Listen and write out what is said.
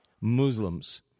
Muslims